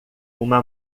uma